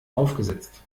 aufgesetzt